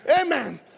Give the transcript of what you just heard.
Amen